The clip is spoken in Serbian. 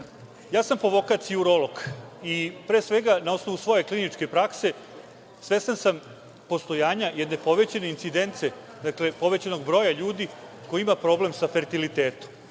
Ja sam po vokaciji urolog i pre svega na osnovu svoje kliničke prakse svestan sam postojanja jedne povećane incidence, povećanog broja ljudi koji ima problem sa fertilitetom. Dakle,